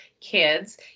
kids